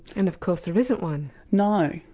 and of course there isn't one. no,